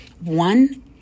One